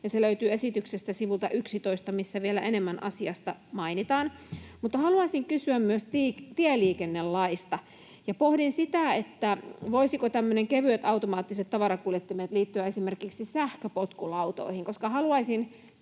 Se löytyy esityksestä sivulta 11, missä vielä enemmän asiasta mainitaan. Mutta haluaisin kysyä myös tieliikennelaista, ja pohdin sitä, että voisivatko tämmöiset kevyet automaattiset tavarankuljettimet liittyä esimerkiksi sähköpotkulautoihin? Koska haluaisin